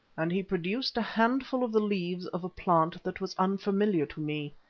and he produced a handful of the leaves of a plant that was unfamiliar to me.